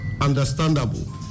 understandable